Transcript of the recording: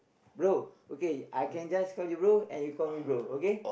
bro okay I can just call you bro and you call my bro okay